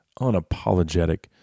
unapologetic